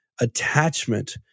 attachment